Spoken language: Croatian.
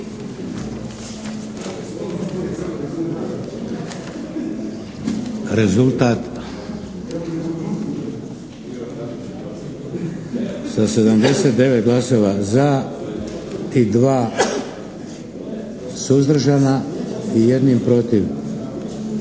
Rezultat. Sa 79 glasova za i 2 suzdržana i 1 protiv